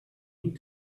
need